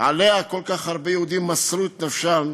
שעליה כל כך הרבה יהודים מסרו את נפשם,